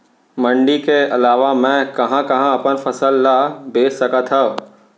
मण्डी के अलावा मैं कहाँ कहाँ अपन फसल ला बेच सकत हँव?